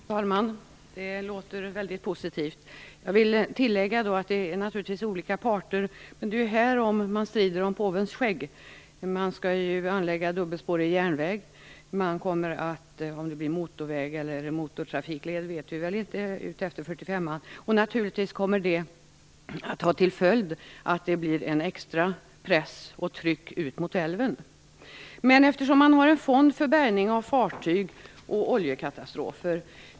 Fru talman! Det låter väldigt positivt. Jag vill tilllägga att det naturligtvis är fråga om olika parter, och här strider man om påvens skägg. Man skall ju anlägga dubbelspårig järnväg. Man kommer att bygga en motorväg eller motortrafikled utefter 45:an. Det kommer naturligtvis att få till följd att det blir en extra press och ett extra tryck ut mot älven. Det finns en fond för bärgning av fartyg och för oljekatastrofer.